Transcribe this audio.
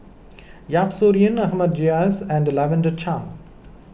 Yap Su Yin Ahmad Jais and Lavender Chang